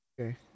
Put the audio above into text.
okay